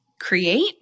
create